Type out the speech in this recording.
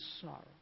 sorrow